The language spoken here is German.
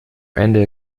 ende